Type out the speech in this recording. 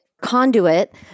conduit